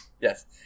Yes